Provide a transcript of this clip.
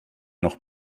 noch